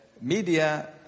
media